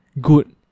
good